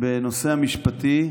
בנושא המשפטי,